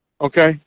Okay